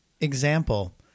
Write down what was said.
Example